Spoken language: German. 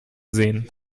sehen